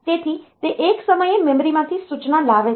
તેથી તે એક સમયે મેમરીમાંથી સૂચના લાવે છે